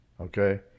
okay